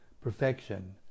perfection